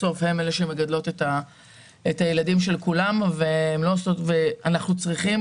בסוף הם אלה שמגדלות את הילדים של כולם ואנחנו צריכים